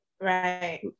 Right